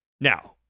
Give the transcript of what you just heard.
Now